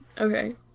Okay